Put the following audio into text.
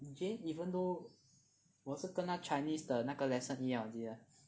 Jayen even though 我是跟他 Chinese 的那个 lesson 一样的我记得